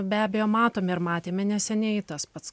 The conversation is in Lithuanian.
be abejo matome ir matėme neseniai tas pats